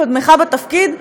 קודמך בתפקיד,